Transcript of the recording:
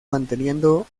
manteniendo